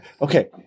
Okay